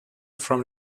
from